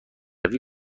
روی